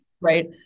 Right